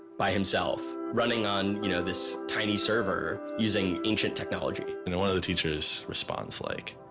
by himself running on you know this tiny server using ancient technology one of the teacher's response like